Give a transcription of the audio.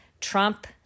Trump